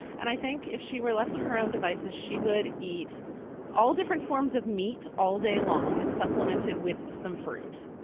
and i think if she were left to her own devices, she would eat all different forms of meat, all day long, supplemented with some fruit.